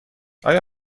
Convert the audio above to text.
آیا